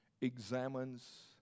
examines